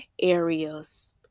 areas